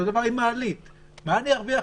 אותו דבר עם מעלית, מה אני ארוויח?